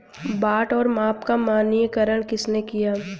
बाट और माप का मानकीकरण किसने किया?